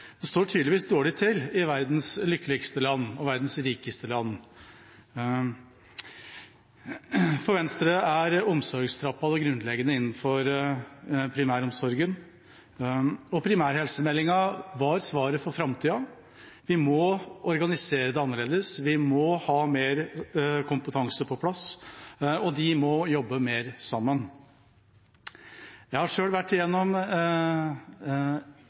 Det står tydeligvis dårlig til i verdens lykkeligste land – og verdens rikeste land. For Venstre er omsorgstrappa det grunnleggende innenfor primæromsorgen, og primærhelsemeldinga var svaret for framtida. Vi må organisere det annerledes, vi må ha mer kompetanse på plass, og de må jobbe mer sammen. Jeg har selv vært